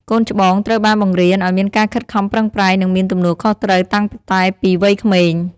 កូនច្បងត្រូវបានបង្រៀនឲ្យមានការខិតខំប្រឹងប្រែង និងមានទំនួលខុសត្រូវតាំងតែពីវ័យក្មេង។